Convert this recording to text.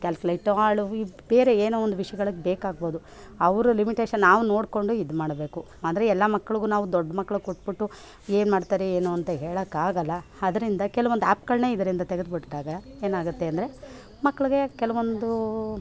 calculate ಹಾಳು ಬೇರೆ ಏನೋ ಒಂದು ವಿಷಯಗಳಿಗೆ ಬೇಕಾಗ್ಬೋದು ಅವರು ಲಿಮಿಟೇಶನ್ ನಾವು ನೋಡಿಕೊಂಡು ಇದು ಮಾಡಬೇಕು ಆದರೆ ಎಲ್ಲ ಮಕ್ಳಿಗೂ ನಾವು ದೊಡ್ಡ ಮಕ್ಳಿಗೆ ಕೊಟ್ಬಿಟ್ಟು ಏನು ಮಾಡ್ತಾರೆ ಏನು ಅಂತ ಹೇಳೋಕೆ ಆಗಲ್ಲ ಅದರಿಂದ ಕೆಲವೊಂದು ಆ್ಯಪ್ಗಳನ್ನ ಇದರಿಂದ ತೆಗ್ದು ಬಿಟ್ಟಾಗ ಏನಾಗುತ್ತೆ ಅಂದರೆ ಮಕ್ಳಿಗೆ ಕೆಲವೊಂದು